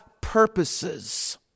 purposes